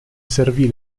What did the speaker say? servì